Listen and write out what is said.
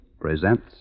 presents